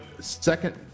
second